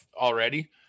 already